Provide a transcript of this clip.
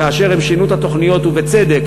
כאשר הם שינו את התוכניות ובצדק,